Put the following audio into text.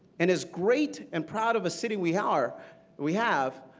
and as great and proud of a city we are we have,